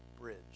bridge